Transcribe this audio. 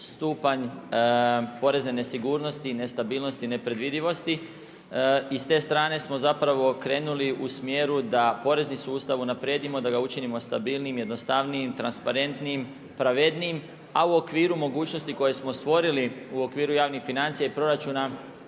stupanj porezne nesigurnosti, nestabilnosti, neprevodljivosti. I s te strane smo zapravo krenuli u smjeru da porezni sustav unaprijedimo, da ga učinimo stabilnijim jednostavnijim, transparentnijim, pravednijim, a u okviru mogućnosti koje smo stvorili u okviru javnih financija i proračuna,